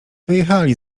wyjechali